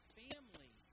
family